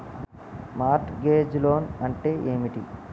Mart gauge loan అంటే ఏమిటి?